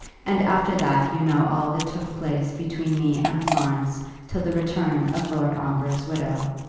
and after that you know all that took place between me and florence till the return of lord ongar's widow.